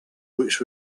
which